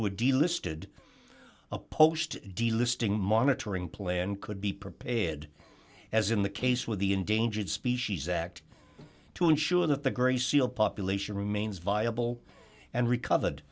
would be listed opposed delisting monitoring plan could be prepared as in the case with the endangered species act to ensure that the grey seal population remains viable and recovered